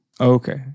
Okay